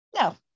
No